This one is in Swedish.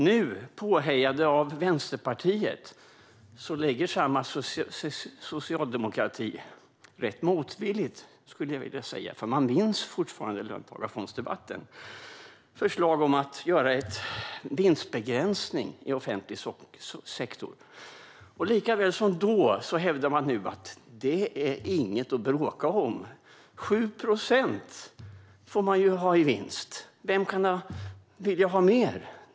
Nu - påhejade av Vänsterpartiet - lägger samma socialdemokrati, rätt motvilligt, skulle jag vilja säga, för man minns fortfarande löntagarfondsdebatten, fram förslag om att införa en vinstbegränsning i offentlig sektor. Likaväl som då hävdar man nu att det inte är något att bråka om. Man får ju ha 7 procent i vinst - vem kan vilja ha mer?